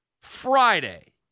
Friday